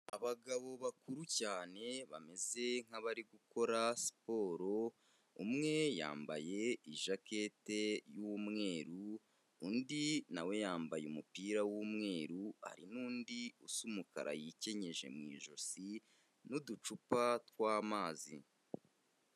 Abagabo bakuru cyane bameze nk'abari gukora siporo, umwe yambaye ijakete y'umweru undi na we yambaye umupira w'umweru hari n'undi usa umukara yikenyeje mu ijosi n'uducupa tw'amazi.